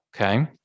Okay